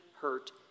hurt